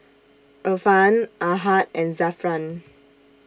Irfan Ahad and Zafran